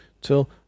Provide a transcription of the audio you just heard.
till